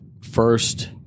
first